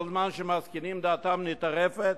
כל זמן שמזקינין דעתן נטרפת?